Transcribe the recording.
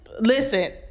Listen